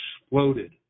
exploded